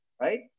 right